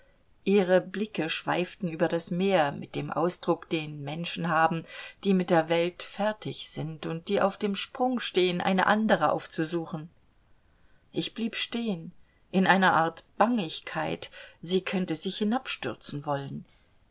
ihre blicke schweiften über das meer mit dem ausdruck den menschen haben die mit der welt fertig sind und die auf dem sprung stehen eine andere aufzusuchen ich blieb stehen in einer art bangigkeit sie könne sich hinabstürzen wollen